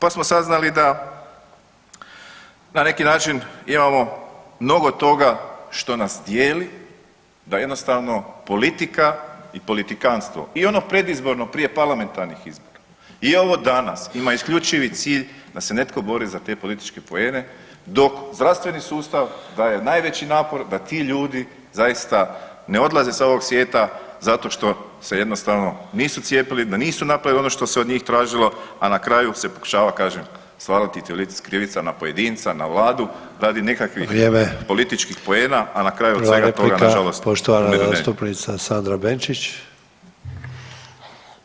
Pa smo saznali da na neki način imamo mnogo toga što nas dijeli, da jednostavno politika i politikanstvo i ono predizborno prije parlamentarnih izbora i ovo danas ima isključivi cilj da se netko bori za te političke poene dok zdravstveni sustav daje najveći napor da ti ljudi zaista ne odlaze sa ovog svijeta zato što se jednostavno nisu cijepili, da nisu napravili ono što se od njih tražilo, a na kraju se pokušava kažem svaliti krivica na pojedinca, na vladu radi nekakvih [[Upadica: Vrijeme.]] političkih poena, a na kraju od svega toga nažalost